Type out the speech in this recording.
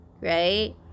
right